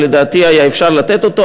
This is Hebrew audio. ולדעתי היה אפשר לתת אותו.